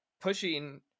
pushing